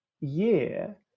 year